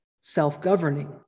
self-governing